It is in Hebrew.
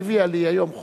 והביאה לי היום חוק,